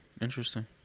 Interesting